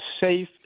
Safe